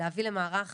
להביא למערך